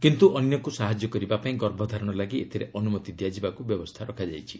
କିନ୍ତୁ ଅନ୍ୟକୁ ସାହାଯ୍ୟ କରିବାପାଇଁ ଗର୍ଭଧାରଣ ଲାଗି ଏଥିରେ ଅନୁମତି ଦିଆଯିବାକୁ ବ୍ୟବସ୍ଥା ରଖାଯାଇଛି